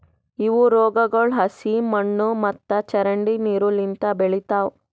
ಇವು ರೋಗಗೊಳ್ ಹಸಿ ಮಣ್ಣು ಮತ್ತ ಚರಂಡಿ ನೀರು ಲಿಂತ್ ಬೆಳಿತಾವ್